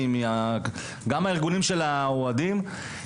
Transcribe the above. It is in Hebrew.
וגם מהארגונים של האוהדים,